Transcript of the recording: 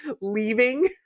leaving